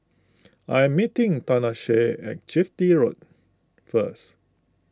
I am meeting Tanesha at Chitty Road first